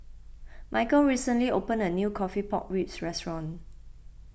Michial recently opened a new Coffee Pork Ribs Restaurant